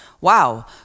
wow